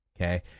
Okay